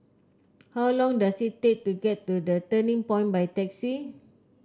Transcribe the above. how long does it take to get to The Turning Point by taxi